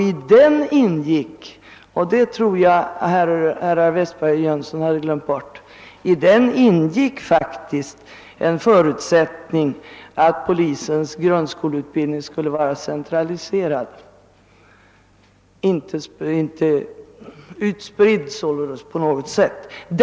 I den ingick — det tror jag herrar Westberg och Jönsson har glömt bort — faktiskt som en förutsättning att polisens grundskoleutbildning skulle vara centraliserad, inte på något sätt utspridd.